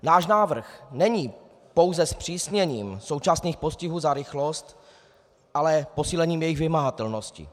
Náš návrh není pouze zpřísněním současných postihů za rychlost, ale posílením jejich vymahatelnosti.